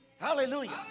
Hallelujah